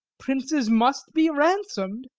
princes must be ransomed,